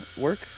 work